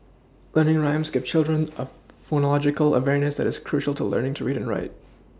learning rhymes gives children a phonological awareness that is crucial to learning to read and write